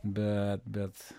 bet bet